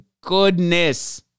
goodness